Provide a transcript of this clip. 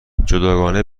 جداگانه